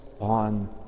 on